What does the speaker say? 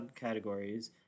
subcategories